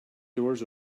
doors